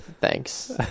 thanks